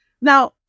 Now